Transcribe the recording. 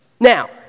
Now